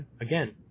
Again